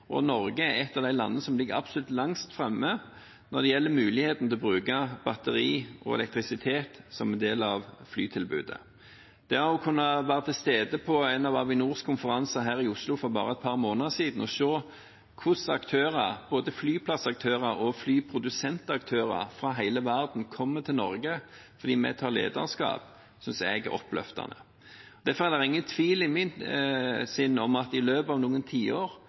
og Norge er et av de landene som absolutt ligger lengst fremme når det gjelder muligheten til å bruke batteri og elektrisitet som en del av flytilbudet. Det å kunne være til stede på en av Avinors konferanser her i Oslo for bare et par måneder siden og se hvordan aktører, både flyplassaktører og flyprodusentaktører, fra hele verden kommer til Norge fordi vi tar lederskap, synes jeg er oppløftende. Derfor er det ingen tvil i mitt sinn om at i løpet av noen tiår